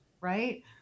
right